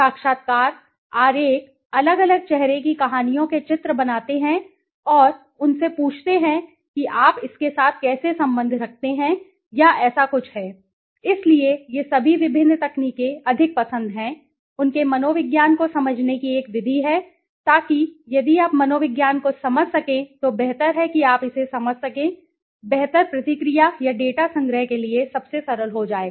साक्षात्कार आरेख अलग अलग चेहरे की कहानियों के चित्र बनाते हैं और उनसे पूछते हैं कि आप इसके साथ कैसे संबंध रखते हैं या ऐसा कुछ है इसलिए ये सभी विभिन्न तकनीकें अधिक पसंद हैं उनके मनोविज्ञान को समझने की एक विधि है ताकि यदि आप मनोविज्ञान को समझ सकें तो बेहतर है कि आप इसे समझ सकें बेहतर प्रतिक्रिया या डेटा संग्रह के लिए सबसे सरल हो जाएगा